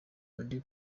melodie